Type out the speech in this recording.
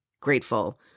grateful